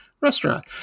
restaurant